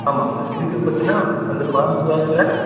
ஆமாம்ங்க சார் இதுக்கு பார்த்தீங்கன்னா அந்த பைஞ்சாயிரத்தில்